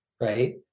right